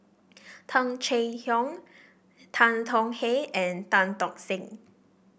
Tung Chye Hong Tan Tong Hye and Tan Tock Seng